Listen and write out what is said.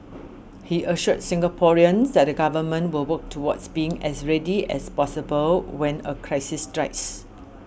he assured Singaporeans that the government will work towards being as ready as possible when a crisis strikes